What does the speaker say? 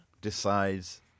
decides